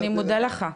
אדוני, אני מודה לך.